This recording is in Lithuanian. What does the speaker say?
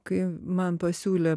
kai man pasiūlė